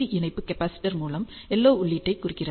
இணைப்பு கேப்பாசிடர் மூலம் LO உள்ளீட்டைக் கொண்டுள்ளன